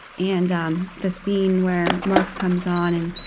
and um the scene where murph comes on, and,